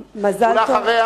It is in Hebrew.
אחריו,